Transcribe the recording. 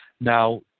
now